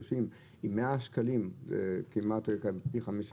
6.30 הוא 100 שקלים זה כמעט פי 15